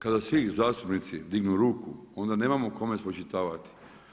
Kada svi zastupnici dignu ruku, onda nemamo kome spočitavati.